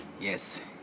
Yes